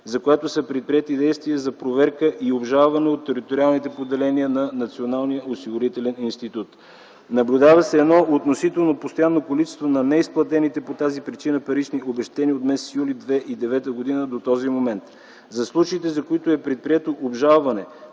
за което са предприети действия за проверка и обжалване от териториалните поделения на Националния осигурителен институт. Наблюдава се едно относително постоянно количество на неизплатените по тази причина парични обезщетения от месец юли 2009 г. до този момент. За случаите, за които е предприето обжалване,